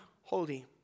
holy